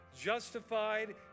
justified